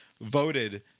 voted